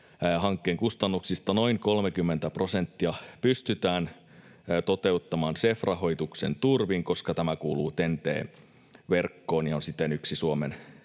Hankkeen kustannuksista noin 30 prosenttia pystytään toteuttamaan CEF-rahoituksen turvin, koska tämä kuuluu TEN-T-verkkoon ja on siten yksi Suomen